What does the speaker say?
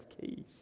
keys